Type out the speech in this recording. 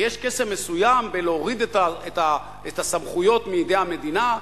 ויש קסם מסוים בלהוריד את הסמכויות מידי המדינה.